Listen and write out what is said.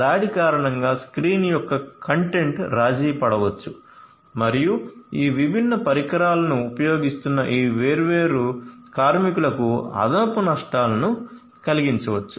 దాడి కారణంగా స్క్రీన్ యొక్క కంటెంట్ రాజీపడవచ్చు మరియు ఈ విభిన్న పరికరాలను ఉపయోగిస్తున్న ఈ వేర్వేరు కార్మికులకు అదనపు నష్టాలను కలిగించవచ్చు